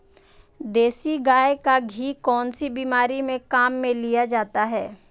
देसी गाय का घी कौनसी बीमारी में काम में लिया जाता है?